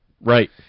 Right